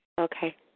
Okay